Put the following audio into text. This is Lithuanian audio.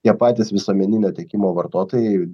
tie patys visuomeninio tiekimo vartotojai